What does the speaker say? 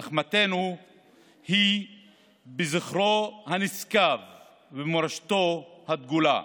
נחמתנו היא בזכרו הנשגב ובמורשתו הדגולה.